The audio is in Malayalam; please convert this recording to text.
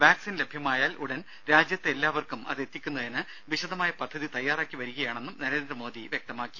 വാക്സിൻ ലഭ്യമായാൽ ഉടൻ രാജ്യത്തെ എല്ലാവർക്കും അത് എത്തിക്കുന്നതിന് വിശദമായ പദ്ധതി തയ്യാറാക്കി വരികയാണെന്നും നരേന്ദ്രമോദി വ്യക്തമാക്കി